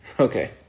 Okay